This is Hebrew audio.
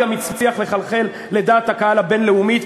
לצערי גם הצליח לחלחל לדעת הקהל הבין-לאומית,